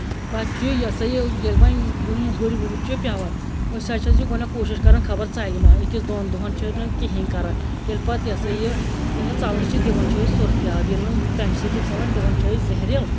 پَتہٕ چھُ یہِ ہسا یہِ ییٚلہِ وۄنۍ یِم مُہٕرۍ وُہٕرۍ چھِ پٮ۪وان أسۍ ہسا چھِ گۄڈٕنٮ۪تھ کوٗشِش کران خبر ژَلہِ مَہ أکِس دۄن دۄہَن چھِنہٕ کِہیٖنۍ کران ییٚلہِ پَتہٕ یہِ ہسا یہِ ییٚلہِ نہٕ ژَلنہٕ چھِ دِوان چھِ أسۍ سُرفہِ آب ییٚلہِ نہٕ تَمہِ سۭتۍ تہِ ژَلان دِوان چھِ أسۍ زیٚہریٖلہٕ